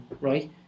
right